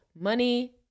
money